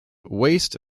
waste